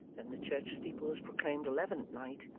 then the church steeples proclaimed eleven at night,